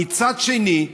ומצד שני,